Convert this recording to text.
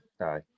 aye